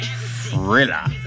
thriller